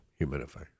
Humidifier